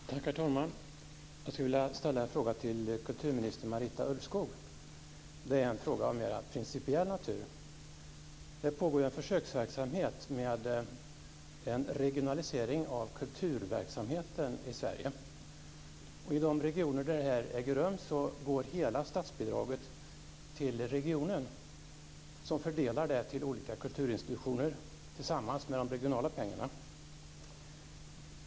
Herr talman! Jag vill ställa en fråga till kulturminister Marita Ulvskog. Det är en fråga av mer principiell natur. Det pågår ju försöksverksamhet med en regionalisering av kulturverksamheten i Sverige. I de regioner där detta äger rum går hela statsbidraget till regionen som fördelar det till olika kulturinstitutioner, tillsammans med de regionala pengarna.